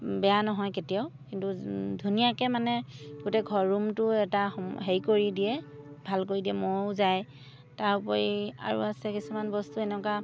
বেয়া নহয় কেতিয়াও কিন্তু ধুনীয়াকৈ মানে গোটেই ঘৰ ৰুমটো এটা হেৰি কৰি দিয়ে ভাল কৰি দিয়ে মহও যায় তাৰ উপৰি আৰু আছে কিছুমান বস্তু এনেকুৱা